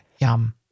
Yum